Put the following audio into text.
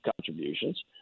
contributions